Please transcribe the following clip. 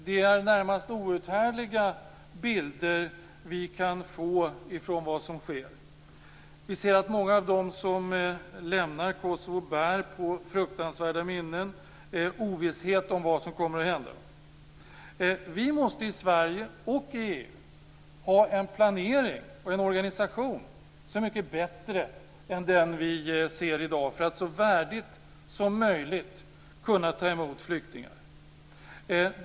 Det är närmast outhärdliga bilder som vi får från vad som sker. Vi ser att många av dem som lämnar Kosovo bär på fruktansvärda minnen och ovisshet om vad som kommer att hända. Vi måste i Sverige och i EU ha en planering och en organisation som är mycket bättre än den vi ser i dag, för att så värdigt som möjligt kunna ta emot flyktingar.